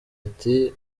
ati